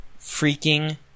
freaking